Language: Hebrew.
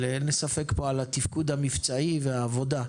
אין לי ספק פה על התפקוד המבצעי והעבודה.